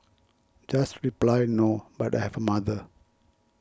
just reply no but I have a mother